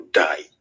die